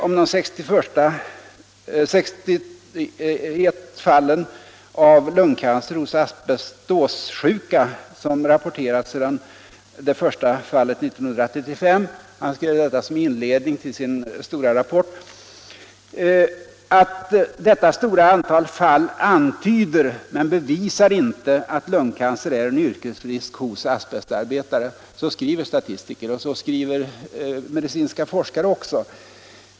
Om de 61 fall av lungcancer hos asbestossjuka som rapporterats sedan det första fallet 1935 skrev han som inledning till sin stora rapport: ”Detta stora antal fall antyder — men bevisar inte — att lungcancer är en yrkesrisk hos asbestarbetare.” — Så skriver statistiker och så skriver medicinska forskare också.